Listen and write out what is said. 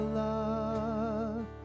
love